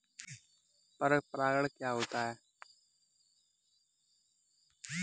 पर परागण क्या होता है?